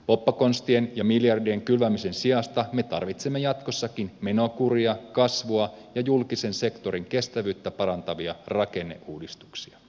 poppakonstien ja miljardien kylvämisen sijasta me tarvitsemme jatkossakin menokuria kasvua ja julkisen sektorin kestävyyttä parantavia rakenneuudistuksia